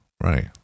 right